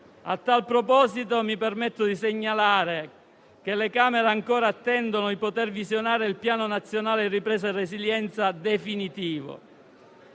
A tal proposito, mi permetto di segnalare che le Camere ancora attendono di poter visionare il Piano nazionale di ripresa e resilienza definitivo,